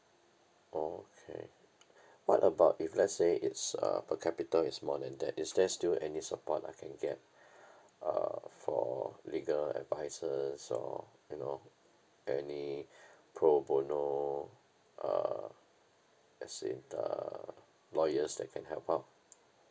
okay what about if let's say it's uh per capita is more than that is there still any support I can get uh for legal advices or you know any pro bono uh as in the lawyers that can help out